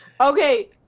Okay